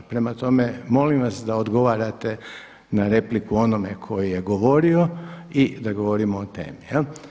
Prema tome, molim vas da odgovarate na repliku onome koji je govorio i da govorimo o temi.